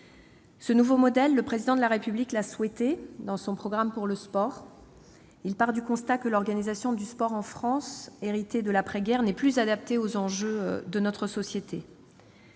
Ce nouveau modèle, le Président de la République l'a souhaité dans son programme pour le sport. Il part du constat que l'organisation du sport en France, héritée de l'après-guerre, n'est plus adaptée aux enjeux de notre société.